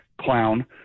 clown